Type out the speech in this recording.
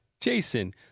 Jason